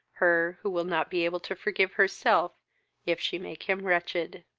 her, who will not be able to forgive herself if she make him wretched.